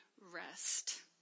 rest